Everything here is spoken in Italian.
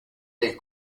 del